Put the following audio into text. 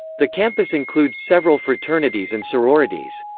the campus includes several fraternities and sororities.